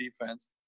defense